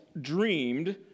dreamed